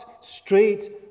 straight